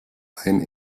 ein